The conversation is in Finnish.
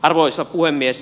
arvoisa puhemies